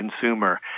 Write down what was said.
consumer